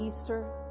easter